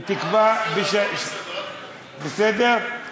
בסדר?